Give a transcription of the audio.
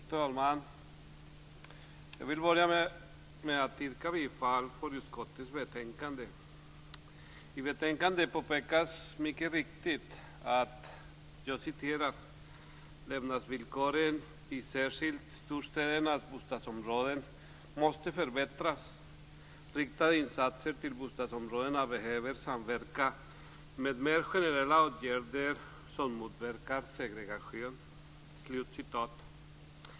Fru talman! Jag vill börja med att yrka bifall till utskottets hemställan. I betänkandet påpekas mycket riktigt att "levnadsvillkoren i särskilt storstädernas bostadsområden måste förbättras. Riktade insatser till bostadsområdena behöver samverka med mer generella åtgärder som motverkar segregation."